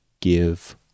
give